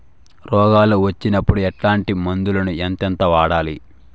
రోగాలు వచ్చినప్పుడు ఎట్లాంటి మందులను ఎంతెంత వాడాలి?